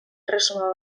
erresuma